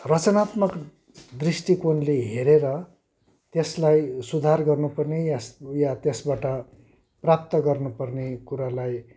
रचनात्मक दृष्टिकोणले हेरेर त्यसलाई सुधार गर्नुपर्ने या त्यसबाट प्राप्त गर्नुपर्ने कुरालाई